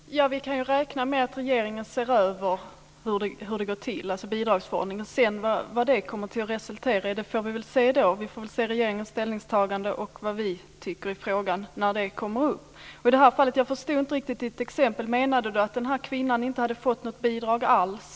Fru talman! Vi kan räkna med att regeringen ser över bidragsförordningen. Vad det kommer att resultera i får vi se då. Vi får se regeringens ställningstagande och vad vi tycker i frågan när den kommer upp. Jag förstår inte riktigt Dan Kihlströms exempel. Menar Dan Kihlström att kvinnan inte hade fått något bidrag alls?